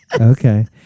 Okay